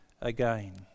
again